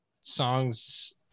songs